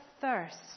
thirst